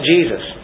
Jesus